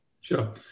Sure